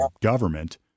government